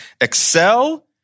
Excel